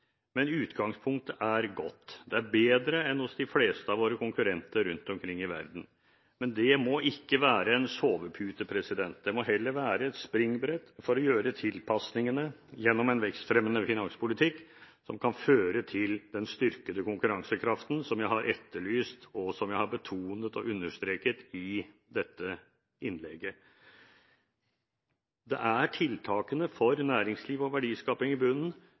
men utgangspunktet er godt, bedre enn hos de fleste av våre konkurrenter rundt omkring i verden. Men det må ikke være en sovepute. Det må heller være et springbrett for å gjøre de tilpasningene – gjennom en vekstfremmende finanspolitikk – som kan føre til den styrkede konkurransekraften, som jeg har etterlyst, og som jeg har betonet og understreket i dette innlegget. Det er tiltakene for næringsliv og verdiskaping som ligger i bunnen